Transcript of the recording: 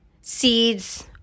seeds